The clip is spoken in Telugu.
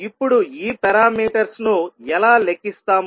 ఇప్పుడు ఈ పారామీటర్స్ ను ఎలా లెక్కిస్తామో చూద్దాం